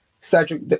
Cedric